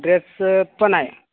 ड्रेसचं पण आहे